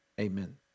Amen